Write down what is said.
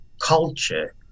culture